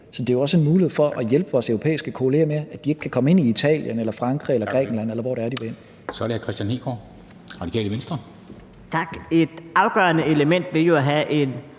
Så det er jo også en mulighed for at hjælpe vores europæiske kolleger med, at de ikke kan komme ind i Italien, Frankrig eller Grækenland, eller hvor det er, de vil ind. Kl. 13:43 Formanden (Henrik Dam Kristensen): Tak. Så er det hr. Kristian